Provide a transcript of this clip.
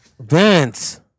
Vince